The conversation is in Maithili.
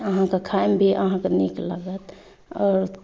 तऽ अहाँके खाय मे भी अहाँके नीक लागत आओर